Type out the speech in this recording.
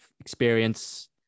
experience